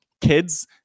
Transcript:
kids